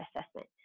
assessment